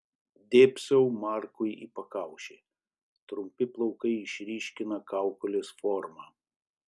dėbsau markui į pakaušį trumpi plaukai išryškina kaukolės formą